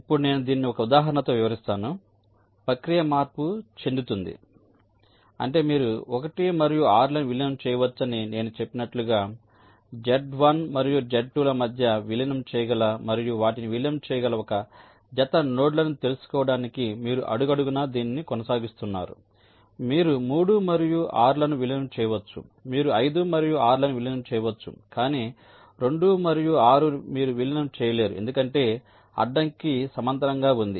ఇప్పుడు నేను దీనిని ఒక ఉదాహరణతో వివరిస్తాను ప్రక్రియ మార్పు చెందుతుంది అంటే మీరు 1 మరియు 6 లను విలీనం చేయవచ్చని నేను చెప్పినట్లుగా Z1 మరియు Z2 ల మధ్య విలీనం చేయగల మరియు వాటిని విలీనం చేయగల ఒక జత నోడ్లను తెలుసుకోవడానికి మీరు అడుగడుగునా దీన్ని కొనసాగిస్తున్నారు మీరు 3 మరియు 6 లను విలీనం చేయవచ్చు మీరు 5 మరియు 6 లను విలీనం చేయవచ్చు కానీ 2 మరియు 6 మీరు విలీనం చేయలేరు ఎందుకంటే అడ్డంకి సమాంతరంగా ఉంది